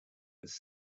was